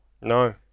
No